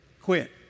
quit